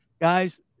Guys